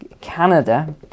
Canada